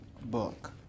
book